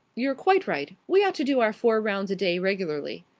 you're quite right. we ought to do our four rounds a day regularly.